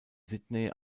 sydney